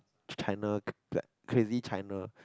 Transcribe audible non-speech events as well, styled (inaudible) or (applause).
China (noise) like crazy China